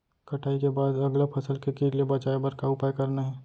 कटाई के बाद अगला फसल ले किट ले बचाए बर का उपाय करना हे?